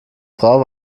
frau